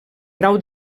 grau